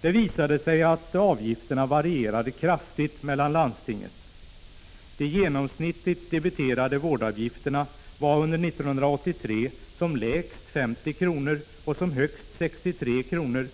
Det visade sig att avgifterna varierade kraftigt mellan landstingen. De genomsnittligt debiterade vårdavgifterna var under 1983 som lägst 50 kr. och som högst 63 kr.